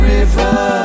River